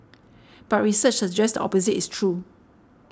but research suggests opposite is true